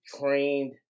trained